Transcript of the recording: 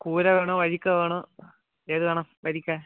കൂര വേണോ വരിക്ക വേണോ ഏത് വേണം വരിക്ക